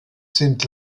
sind